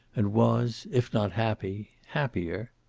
and was, if not happy, happier.